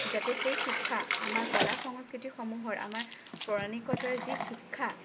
যাতে সেই শিক্ষা আমাৰ কলা সংস্কৃতিসমূহৰ আমাৰ পৌৰাণিকতাৰ যি শিক্ষা